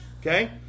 Okay